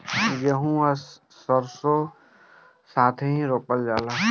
गेंहू आ सरीसों साथेही रोपल जाला